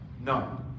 No